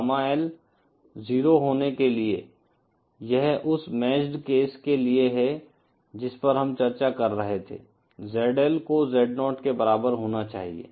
gamma L 0 होने के लिए यह उस मैच्ड केस के लिए है जिस पर हम चर्चा कर रहे थे ZL को Z0 के बराबर होना चाहिए